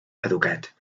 educat